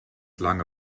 lange